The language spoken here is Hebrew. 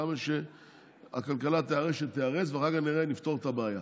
כמה שהכלכלה תיהרס שתיהרס ואחר כך נפתור את הבעיה,